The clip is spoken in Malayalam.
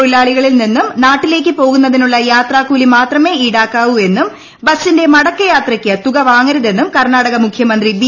തൊഴിലാളികളിൽ നിന്നും നാട്ടില്ലേക്ക് പോകുന്നതിനുള്ള യാത്രാക്കൂലി മാത്രമേ ഇൌടാക്കൂട്ടിവു എന്നും ബസ്സിന്റെ മടക്കയാത്രക്ക് തുക വാങ്ങരുടൂതെന്നും കർണ്ണാടക മുഖ്യമന്ത്രി ബി